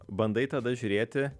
bandai tada žiūrėti